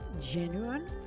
genuine